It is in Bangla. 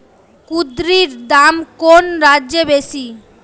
কুঁদরীর দাম কোন রাজ্যে বেশি?